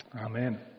amen